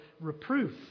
reproof